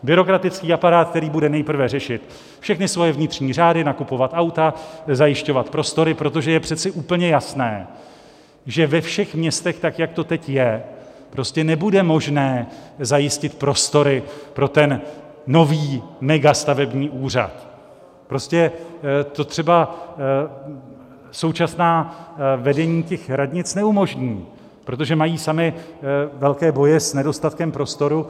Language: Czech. Byrokratický aparát, který bude nejprve řešit všechny svoje vnitřní řády, nakupovat auta, zajišťovat prostory, protože je přece úplně jasné, že ve všech městech tak, jak to teď je, prostě nebude možné zajistit prostory pro nový megastavební úřad, prostě to třeba současná vedení radnic neumožní, protože mají samy velké boje s nedostatkem prostoru.